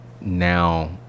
now